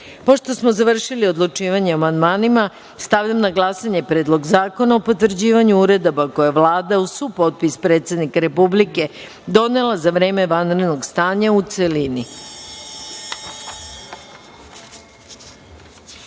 smo završili odlučivanje o amandmani, stavljam na glasanje Predlog zakona o potvrđivanju uredaba koje je Vlada u supotpis predsednika Republike donela za vreme vanrednog stanja, u